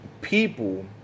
people